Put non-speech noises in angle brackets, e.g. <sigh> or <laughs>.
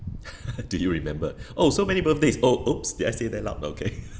<laughs> do you remember oh so many birthdays oh !oops! did I say that loud okay <laughs>